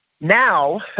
Now